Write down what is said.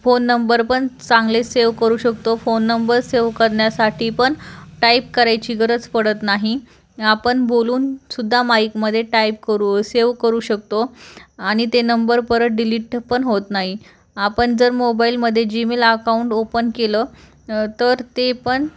phone number पण चांगले save करू शकतो फोन नंबर सेव करण्यासाठी पण टाईप करायची गरज पडत नाही आपण बोलूनसुद्धा माइकमध्ये टाईप करू सेव करू शकतो आणि ते नंबर परत डीलीट पण होत नाही आपण जर मोबाईलमध्ये जी मेल अकाउंट ओपन केलं तर ते पण